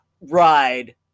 ride